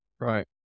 Right